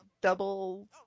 double